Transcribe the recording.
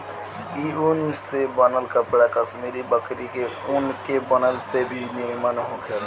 ए ऊन से बनल कपड़ा कश्मीरी बकरी के ऊन के बनल से भी निमन होखेला